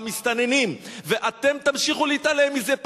המסתננים, ואתם תמשיכו להתעלם מזה.